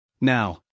Now